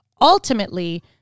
ultimately